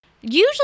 Usually